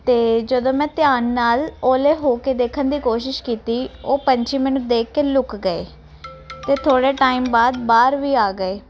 ਤੇ ਜਦੋਂ ਮੈਂ ਧਿਆਨ ਨਾਲ ਉਹਲੇ ਹੋ ਕੇ ਦੇਖਣ ਦੀ ਕੋਸ਼ਿਸ਼ ਕੀਤੀ ਉਹ ਪੰਛੀ ਮੈਨੂੰ ਦੇਖ ਕੇ ਲੁੱਕ ਗਏ ਤੇ ਥੋੜੇ ਟਾਈਮ ਬਾਅਦ ਬਾਹਰ ਵੀ ਆ ਗਏ